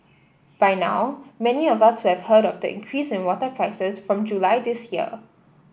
by now many of us will have heard of the increase in water prices from July this year